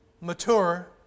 mature